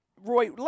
Roy